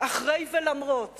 אחרי ולמרות